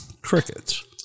crickets